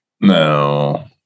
No